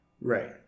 Right